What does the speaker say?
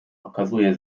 okazuje